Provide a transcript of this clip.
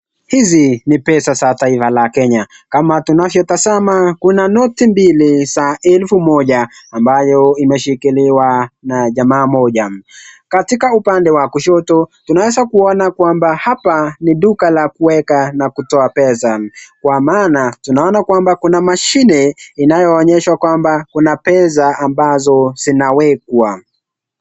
Hizi ni pesa za taifa la Kenya. Kama tunavyotazama, kuna noti mbili za elfu moja ambayo imeshikiliwa na jamaa mmoja. Katika upande wa kushoto, tunaweza kuona kwamba hapa ni duka la kuweka na kutoa pesa. Kwa maana tunaona kwamba kuna mashine inayoonyeshwa kwamba kuna pesa ambazo zinawekwa.